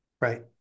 Right